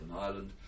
Ireland